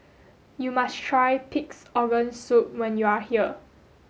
you must try pig's organ soup when you are here